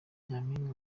nyampinga